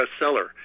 bestseller